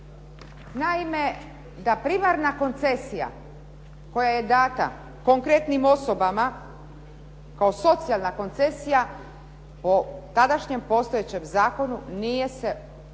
Naime, da primarna koncesija koja je dana konkretnim osobama, kao socijalna koncesija, po tadašnjem postojećem zakonu nije se moralo